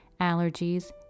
allergies